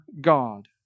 God